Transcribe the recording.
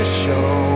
show